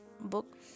book